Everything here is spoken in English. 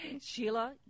Sheila